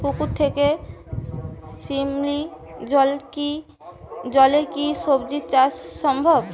পুকুর থেকে শিমলির জলে কি সবজি চাষ সম্ভব?